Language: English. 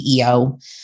CEO